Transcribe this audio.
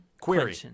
Query